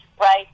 right